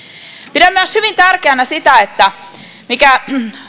pidän myös hyvin tärkeänä sitä mikä